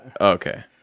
Okay